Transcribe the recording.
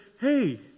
Hey